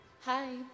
Hi